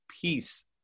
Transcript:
peace